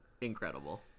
Incredible